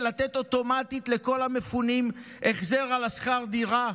לתת אוטומטית לכל המפונים כהחזר שכר דירה?